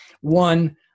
one